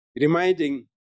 reminding